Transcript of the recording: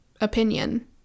opinion